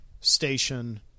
station